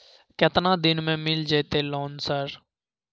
केतना दिन में मिल जयते लोन सर?